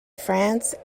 france